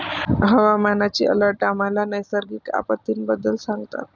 हवामानाचे अलर्ट आम्हाला नैसर्गिक आपत्तींबद्दल सांगतात